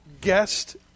guest